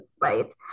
right